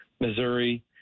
Missouri